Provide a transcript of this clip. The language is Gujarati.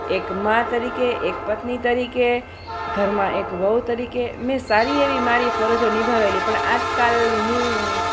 એક મા તરીકે એક પત્ની તરીકે ઘરમાં એક વહુ તરીકે મિન્સ સારી એવી મારી ફરજો નિભાવેલી પણ આજકાલ હું